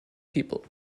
people